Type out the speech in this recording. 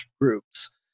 groups